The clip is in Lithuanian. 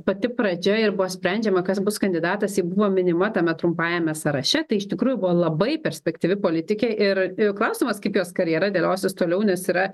pati pradžia ir buvo sprendžiama kas bus kandidatas ji buvo minima tame trumpajame sąraše tai iš tikrųjų buvo labai perspektyvi politikė ir klausimas kaip jos karjera dėliosis toliau nes yra